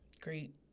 great